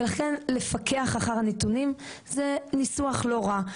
לכן לפקח אחר הנתונים זה ניסוח לא רע,